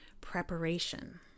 preparation